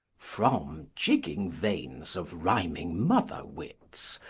from jigging veins of rhyming mother-wits,